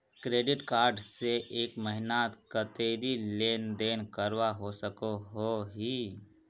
Credit card से एक महीनात कतेरी लेन देन करवा सकोहो ही?